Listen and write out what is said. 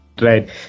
Right